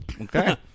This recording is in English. Okay